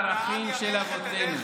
העם הוא הריבון,